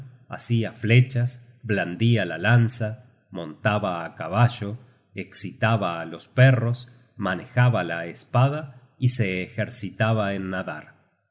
hacia flechas blandia la lanza montaba á caballo escitaba á los perros manejaba la espada y se ejercitaba en nadar y